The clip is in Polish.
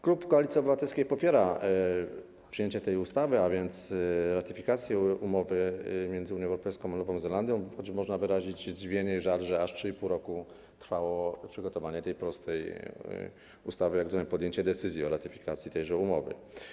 Klub Koalicji Obywatelskiej popiera przyjęcie tej ustawy, a więc ratyfikację umowy między Unią Europejską a Nową Zelandią, choć można wyrazić zdziwienie i żal, że aż 3,5 roku trwało przygotowanie tej prostej ustawy, jak rozumiem - podjęcie decyzji o ratyfikacji tejże umowy.